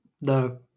no